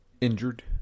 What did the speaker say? injured